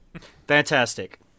Fantastic